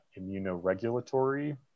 immunoregulatory